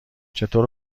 چطور